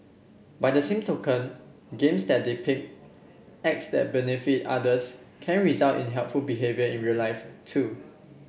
by the same token games that depict acts that benefit others can result in helpful behaviour in real life too